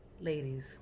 Ladies